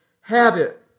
habit